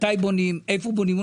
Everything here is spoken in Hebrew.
מתי בונים, איפה בונים.